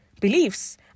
beliefs